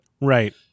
Right